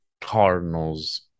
Cardinals